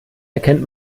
erkennt